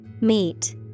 Meet